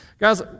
Guys